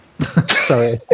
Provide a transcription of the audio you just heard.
sorry